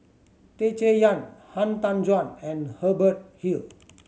Tan Chay Yan Han Tan Juan and Hubert Hill